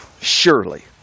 Surely